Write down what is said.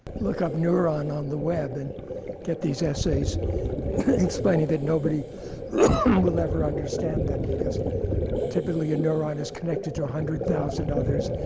look up neuron on the web and get these essays explaining that nobody will ever understand them, because typically, a neuron is connected to one hundred thousand others,